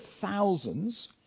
thousands